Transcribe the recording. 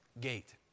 gate